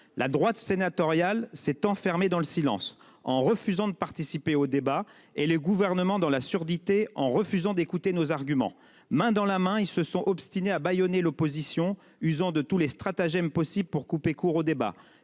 La droite sénatoriale s'est enfermé dans le silence en refusant de participer au débat et les gouvernements dans la surdité en refusant d'écouter nos arguments main dans la main, ils se sont obstinés à bâillonner l'opposition. Usant de tous les stratagèmes possibles pour couper court au débat.